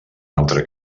altre